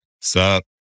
Sup